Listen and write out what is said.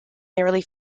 nearly